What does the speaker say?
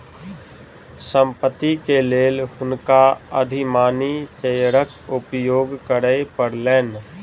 संपत्ति के लेल हुनका अधिमानी शेयरक उपयोग करय पड़लैन